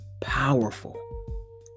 powerful